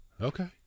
Okay